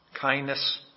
Kindness